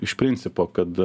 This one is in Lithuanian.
iš principo kad